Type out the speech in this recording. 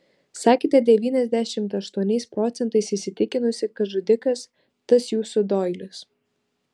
sakėte devyniasdešimt aštuoniais procentais įsitikinusi kad žudikas tas jūsų doilis